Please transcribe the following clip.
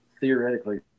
theoretically